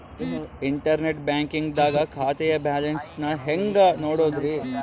Internet banking ದಾಗ ಖಾತೆಯ balance ನ ಹೆಂಗ್ ನೋಡುದ್ರಿ?